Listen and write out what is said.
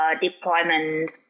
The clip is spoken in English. deployment